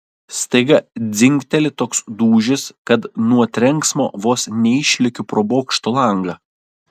staiga dzingteli toks dūžis kad nuo trenksmo vos neišlekiu pro bokšto langą